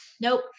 Nope